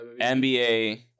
NBA